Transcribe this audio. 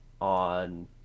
on